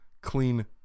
clean